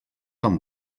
amb